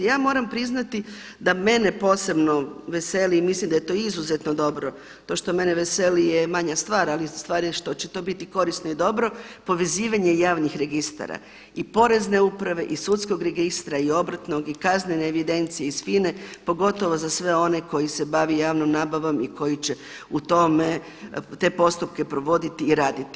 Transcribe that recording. Ja moram priznati da mene posebno veseli i mislim da je to izuzetno dobro, to što mene veseli je manja stvar, ali stvar je što će to biti korisno i dobro povezivanje javnih registara i porezne uprave i sudskog registra i obrtnog i kaznene evidencije iz FINA-a pogotovo za sve one koji se bave javnom nabavom i koji će u tome te postupke provoditi i raditi.